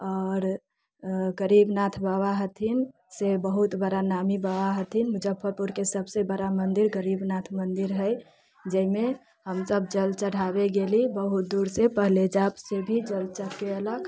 आओर गरीबनाथ बाबा हथिन से बहुत बड़ा नामी बाबा हथिन मुजफ्फरपुरके सभसँ बड़ा मन्दिर गरीबनाथ मन्दिर हय जैमे हमसभ जल चढ़ाबै गेली बहुत दूरसँ पहिले जापसँ जल चढ़के ऐलक